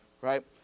right